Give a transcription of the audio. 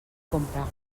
compra